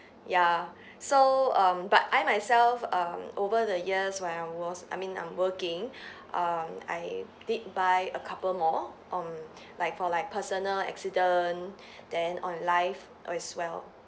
ya so um but I myself um over the years when I was I mean I'm working um I did buy a couple more on like for like personal accident then on life as well